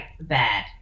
bad